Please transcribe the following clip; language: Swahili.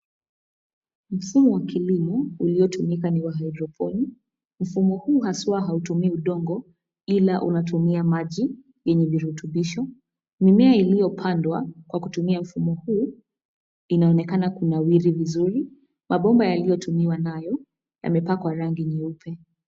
Mfumo wa kilimo uliotumika ni wa hydroponic mfumo huu haswa hautumii udongo ila unatumia maji yenye virutubisho. Mimea iliyo pandwa kwa kutumia mfumo huu inaonekana kunawiri vizuri. Mabomba yaliyo tumiwa nayo yamepakwa rangi nyeupe.